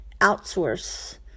outsource